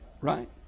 Right